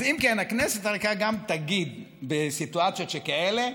אז אם כן, הכנסת הריקה גם תגיד בסיטואציות שכאלה,